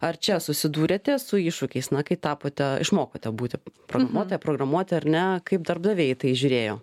ar čia susidūrėte su iššūkiais na kai tapote išmokote būti programuotoja programuoti ar ne kaip darbdaviai į tai žiūrėjo